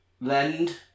Lend